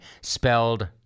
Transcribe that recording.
spelled